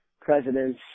presidents